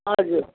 हजुर